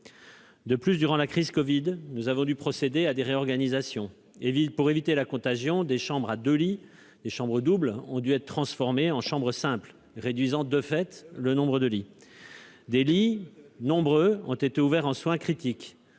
De plus, durant la crise du covid, nous avons dû procéder à des réorganisations : pour éviter la contagion, des chambres doubles ont dû être transformées en chambres simples, réduisant de fait le nombre de lits. De nombreux lits ont été ouverts en soins critiques.